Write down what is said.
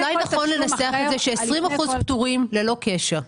אולי נכון לנסח את זה ש-20% פטורים ללא קשר.